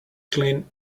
clean